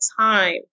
time